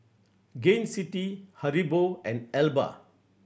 Gain City Haribo and Alba